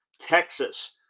Texas